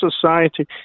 society